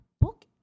book